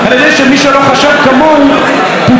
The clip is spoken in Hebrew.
על ידי שמי שלא חשב כמוהו פוטר,